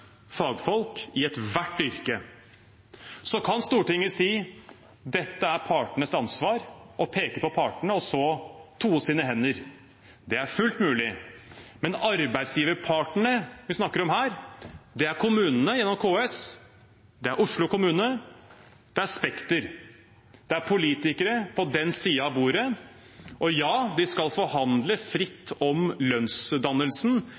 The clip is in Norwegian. fagfolk i ethvert yrke. Så kan Stortinget si at dette er partenes ansvar, peke på partene og så toe sine hender. Det er fullt mulig. Men arbeidsgiverpartene vi snakker om her, er kommunene, gjennom KS, det er Oslo kommune, det er Spekter, det er politikere på den siden av bordet. Ja, de skal forhandle fritt om lønnsdannelsen,